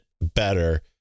better